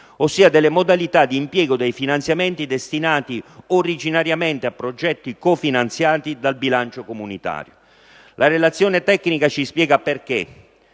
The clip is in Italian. ossia delle modalità di impiego dei finanziamenti destinati originariamente a progetti cofinanziati dal bilancio comunitario. La relazione tecnica ci spiega perché.